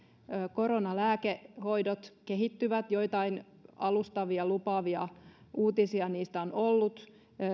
koronalääkehoidot kehittyvät joitain alustavia lupaavia uutisia niistä on ollut tietysti